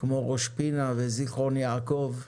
כמו ראש פינה וזכרון יעקב,